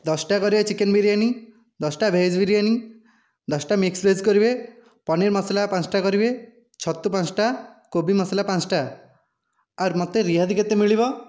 ଦଶଟା କରିବେ ଚିକେନ୍ ବିରିୟାନୀ ଦଶଟା ଭେଜ ବିରିୟାନୀ ଦଶଟା ମିକ୍ସ ଭେଜ କରିବେ ପନିର ମସଲା ପାଞ୍ଚୋଟି କରିବେ ଛତୁ ପାଞ୍ଚୋଟି କୋବି ମସଲା ପାଞ୍ଚୋଟି ଆଉ ମୋତେ ରିହାତି କେତେ ମିଳିବ